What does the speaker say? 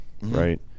Right